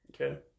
Okay